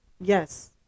Yes